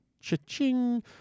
cha-ching